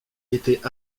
étaient